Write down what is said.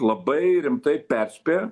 labai rimtai perspėja